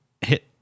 hit